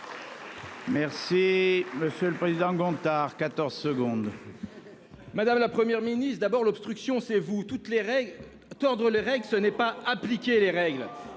Merci monsieur le président Gontard 14 secondes. Madame, la Première ministre d'abord l'obstruction c'est vous toutes les règles tordre les règles, ce n'est pas appliqué les règles